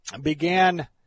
began